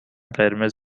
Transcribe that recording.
قرمز